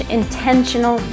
intentional